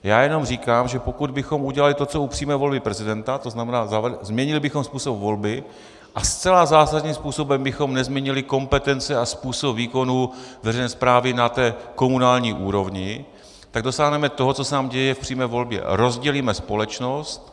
Já jenom říkám, že pokud bychom udělali to, co u přímé volby prezidenta, tzn. změnili bychom způsob volby a zcela zásadním způsobem bychom nezměnili kompetence a způsob výkonu veřejné správy na té komunální úrovni, tak dosáhneme toho, co se nám děje v přímé volbě rozdělíme společnost.